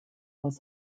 was